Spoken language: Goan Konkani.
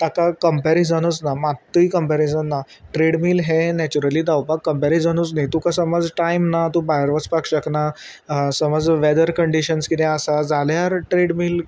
ताका कंपेरिजनूच ना मात्तूय कंपेरिजन ना ट्रेडमील हें नॅचरली धांवपाक कंपेरिजनूच न्ही तुका समज टायम ना तूं भायर वचपाक शकना समज वेदर कंडीशन्स कितें आसा जाल्यार ट्रेडमील